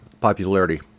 popularity